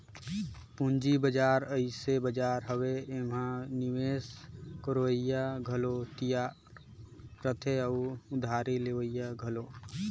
पंूजी बजार अइसे बजार हवे एम्हां निवेस करोइया घलो तियार रहथें अउ उधारी लेहोइया घलो